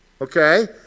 Okay